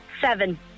Seven